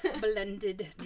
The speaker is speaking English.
Blended